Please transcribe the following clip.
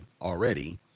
already